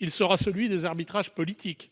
Il sera celui des arbitrages politiques.